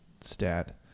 stat